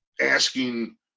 asking